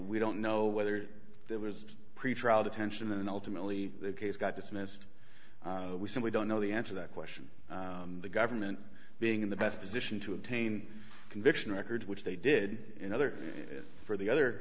we don't know whether there was pretrial detention and ultimately the case got dismissed we simply don't know the answer that question the government being in the best position to obtain conviction records which they did in other for the other